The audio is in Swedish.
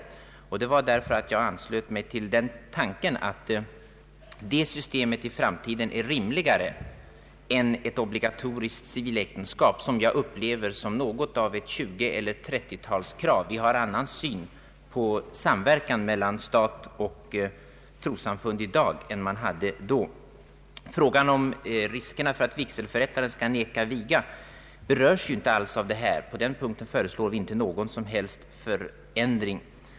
Jag gjorde det därför att jag anslöt mig till den tanken att det systemet i framtiden är rimligare än ett obligatoriskt civiläktenskap, som jag upplever som något av ett 20 eller 30-talskrav. Vi har i dag en annan syn på samverkan mellan stat och trossamfund än man hade då. Frågan om riskerna för att vigselförrättare som tillhör svenska kyrkan skall neka att viga berörs inte alls av detta. På den punkten föreslår vi inte någon som helst förändring.